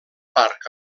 parc